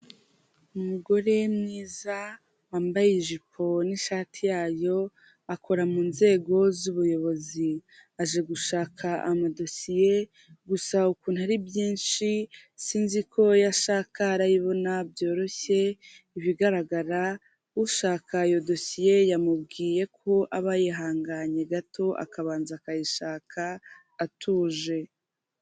Umuturirwa ugeretse inshuro zirenze ebyiri, ukaba ufite amabara arimo shokora n'umukara, ukaba uri mugipangu gikikijwe n'ibiti n'igipangu cyubakishijwe amatafari, imbere yaho hakaba hari umunara ufite insinga z'amashanyarazi.